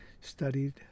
studied